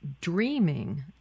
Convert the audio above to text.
dreaming